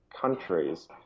countries